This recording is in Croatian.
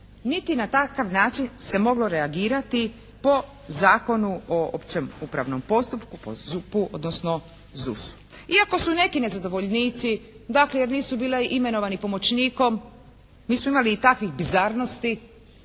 niti na takav način se moglo reagirati po Zakonu o općem upravnom postupku, po ZUP-u odnosno ZUS-u iako su neki nezadovoljnici dakle jer nisu bili imenovani pomoćnikom, mi smo imali i takvih bizarnosti